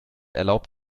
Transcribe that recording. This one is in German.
erlaubt